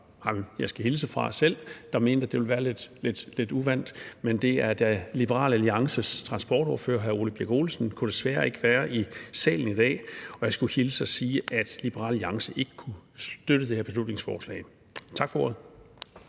jeg skulle hilse fra, der selv mente, at det ville være lidt uventet. Men da Liberal Alliances transportordfører, hr. Ole Birk Olesen, desværre ikke kunne være i salen i dag, skulle jeg hilse og sige, at Liberal Alliance ikke kan støtte det her beslutningsforslag. Tak for ordet.